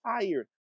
tired